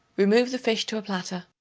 remove the fish to a platter.